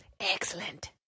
Excellent